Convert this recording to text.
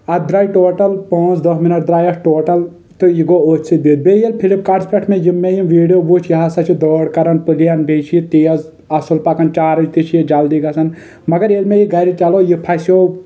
اتھ درٛٲے ٹوٹل پانٛژ دہ منٹ دراے اتھ ٹوٹل تہٕ یہِ گوٚو اتھۍ سۭتۍ بہہ بییٚہِ ییٚلہِ فلپ کاٹس پٮ۪ٹھ یِم مےٚ یِم ویٖڈیِو وٕچھۍ یہِ ہسا چھُ ڈٲڑ کران پلین بییٚہِ چھُ یہِ تیز اصٕل پکان چارٕچ تہِ چھُ یہِ جلدی گژھان مگر ییٚلہِ مےٚ یہِ گرِ چلوو یہِ پھسیو